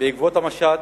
בעקבות המשט,